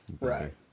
Right